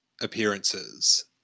appearances